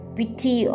pity